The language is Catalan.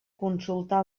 consultar